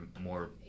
more